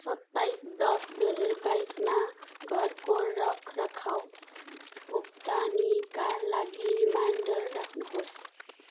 सत्ताइस दस दुई हजार बाइसमा घरको रखरखाउ भुक्तानीका लागि रिमाइन्डर राख्नुहोस्